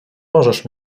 możesz